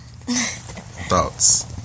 Thoughts